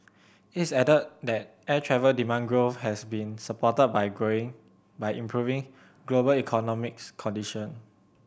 it's added that air travel demand growth has been supported by growing by improving global economics condition